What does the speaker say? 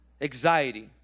anxiety